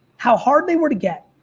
how hard they were to get,